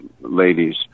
ladies